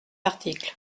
article